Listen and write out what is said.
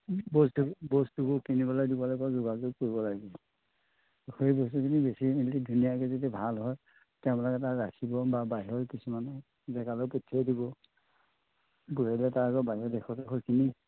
বস্তু বস্তুবোৰ কিনিবলৈ দিবলৈ আকৌ যোগাযোগ কৰিব লাগিব সেই বস্তুখিনি বেছি মেলি ধুনীয়াকৈ যদি ভাল হয় তেওঁলোকে তাত ৰাখিব বা বাহিৰলৈ কিছুমান জেগালৈও পঠিয়াইও দিব বাহিৰৰ দেশত আকৌ সেইখিনি